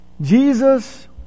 Jesus